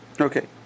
Okay